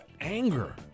anger